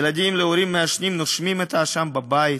ילדים להורים מעשנים נושמים את העשן בבית,